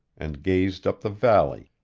and gazed up the valley,